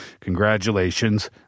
Congratulations